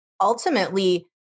ultimately